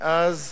מאז